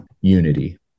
unity